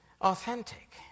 Authentic